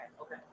Okay